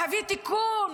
להביא תיקון